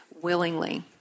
willingly